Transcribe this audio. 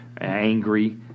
angry